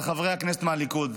על חברי הכנסת מהליכוד,